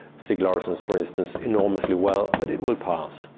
stieg larsson's, for instance, enormously well, but it will pass.